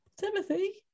timothy